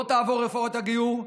לא תעבור רפורמת הגיור,